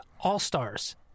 All-Stars